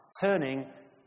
turning